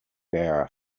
bearer